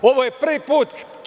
Ovo je prvi put.